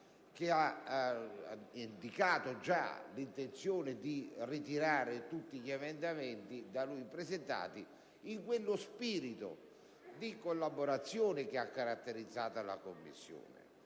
che ha già indicato l'intenzione di ritirare tutti gli emendamenti da lui presentati, in quello spirito di collaborazione che ha caratterizzato l'attività